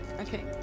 Okay